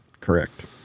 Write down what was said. Correct